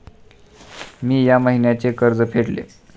मी या महिन्याचे कर्ज फेडले